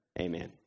Amen